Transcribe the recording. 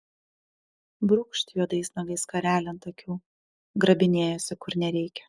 brūkšt juodais nagais skarelę ant akių grabinėjasi kur nereikia